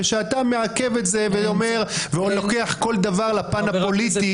ושאתה מעכב את זה ולוקח כל דבר לפן הפוליטי,